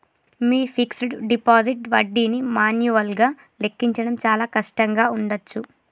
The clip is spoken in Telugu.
మీ ఫిక్స్డ్ డిపాజిట్ వడ్డీని మాన్యువల్గా లెక్కించడం చాలా కష్టంగా ఉండచ్చు